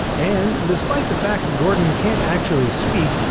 and despite the fact gordon can't actually speak,